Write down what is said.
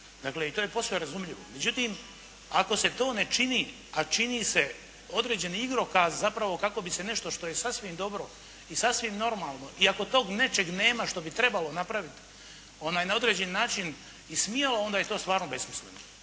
I to je posve razumljivo. Međutim, ako se to ne čini, a čini se, određeni igrokaz zapravo kako bi se nešto što je sasvim dobro i sasvim normalno, i ako tog nečeg nema što bi trebalo napravit, ona je na određeni način ismijava, onda je to stvarno besmisleno.